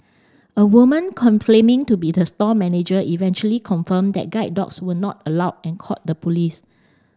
a woman to be the store manager eventually confirmed that guide dogs were not allowed and called the police